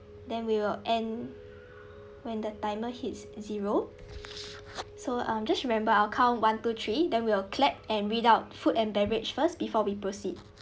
then we will end when the timer hits zero so um just remember I'll count one two three then we'll clap and read out food and beverage first before we proceed